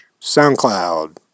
SoundCloud